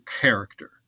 character